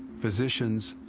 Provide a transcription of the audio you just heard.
physicians,